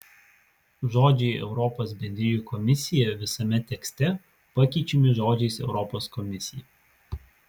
žodžiai europos bendrijų komisija visame tekste pakeičiami žodžiais europos komisija